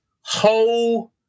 whole